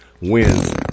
wins